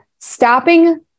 stopping